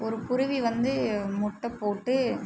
ஒரு குருவி வந்து முட்டை போட்டு